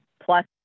plus